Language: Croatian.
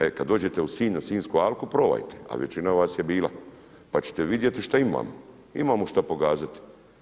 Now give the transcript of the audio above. E kad dođete u Sinj na Sinjsku alku probajte, a većina vas je bila pa ćete vidjeti šta imamo, imamo šta pokazati.